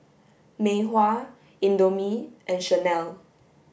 Mei Hua Indomie and Chanel